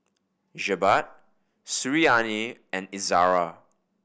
Jebat Suriani and Izzara